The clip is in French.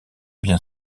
bien